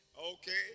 Okay